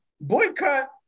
boycott